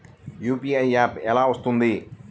UPI app ఎలా వస్తుంది?